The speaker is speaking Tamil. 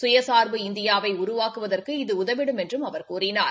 சுயசாா்பு இந்தியாவை உருவாக்குவதற்கு இது உதவிடும் என்றும் அவர் கூறினார்